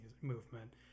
movement